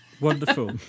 Wonderful